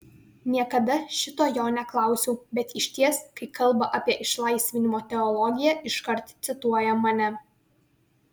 niekada šito jo neklausiau bet išties kai kalba apie išlaisvinimo teologiją iškart cituoja mane